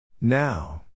Now